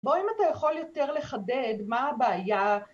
‫בוא, אם אתה יכול יותר לחדד, ‫מה הבעיה?